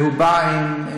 והוא בא עם